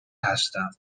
هستم